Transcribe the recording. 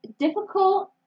difficult